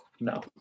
no